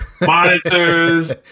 monitors